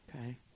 Okay